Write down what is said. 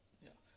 ya